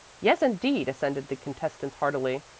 yes indeed, assented the contestants heartily.